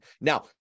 Now